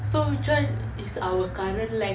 so which one is our current length